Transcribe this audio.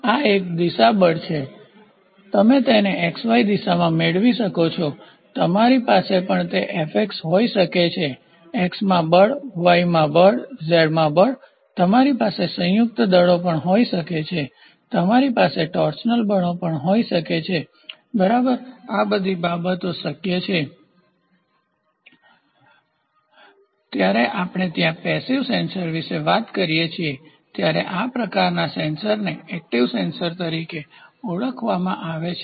આ એક દિશા બળ છે તમે તેને XY દિશામાં મેળવી શકો છો તમારી પાસે પણ તે તરીકે હોઈ શકે છે x માં બળ y માં બળ z માં બળ તમારી પાસે સંયુક્ત દળો પણ હોઈ શકે છે તમારી પાસે ટોર્શનલ બળો પણ હોઈ શકે છે બરાબર આ બધી બાબતો શક્ય છે જ્યારે આપણે ત્યાં પેસીવનિષ્ક્રિય સેન્સર વિશે વાત કરીએ ત્યારે આ પ્રકારના સેન્સર્સને એકટીવસક્રિય સેન્સર તરીકે ઓળખવામાં આવે છે